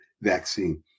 vaccine